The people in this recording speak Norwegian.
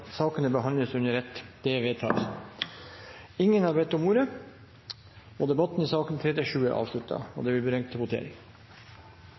sakene behandles under ett. – Det anses vedtatt. Ingen har bedt om ordet til sakene nr. 3–7. Da går Stortinget til votering.